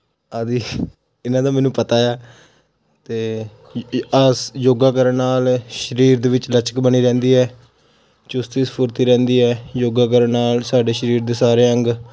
ਆਦੀ ਇਹਨਾਂ ਦਾ ਮੈਨੂੰ ਪਤਾ ਆ ਅਤੇ ਆਸ ਯੋਗਾ ਕਰਨ ਨਾਲ ਸਰੀਰ ਦੇ ਵਿੱਚ ਲਚਕ ਬਣੀ ਰਹਿੰਦੀ ਹੈ ਚੁਸਤੀ ਫੁਰਤੀ ਰਹਿੰਦੀ ਹੈ ਯੋਗਾ ਕਰਨ ਨਾਲ ਸਾਡੇ ਸਰੀਰ ਦੇ ਸਾਰੇ ਅੰਗ